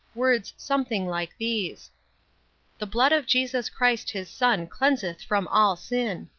words something like these the blood of jesus christ his son cleanseth from all sin.